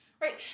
right